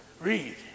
Read